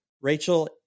Rachel